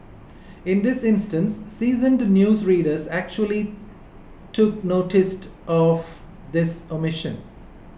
in this instance seasoned news readers actually took noticed of this omission